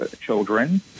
children